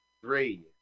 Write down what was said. Three